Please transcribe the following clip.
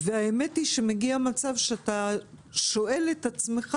והאמת היא שמגיע מצב שאתה שואל את עצמך: